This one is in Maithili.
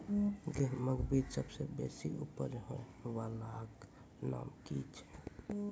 गेहूँमक बीज सबसे बेसी उपज होय वालाक नाम की छियै?